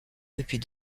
depuis